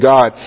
God